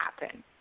happen